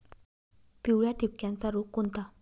पिवळ्या ठिपक्याचा रोग कोणता?